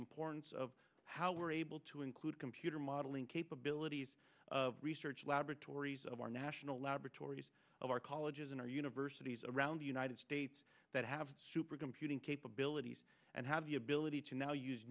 importance of how we're able to include computer modeling capabilities of research laboratories of our national laboratories of our colleges and our universities around the united states that have supercomputing capabilities and have the ability to now use